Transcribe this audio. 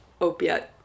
opiate